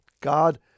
God